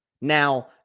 Now